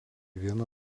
viena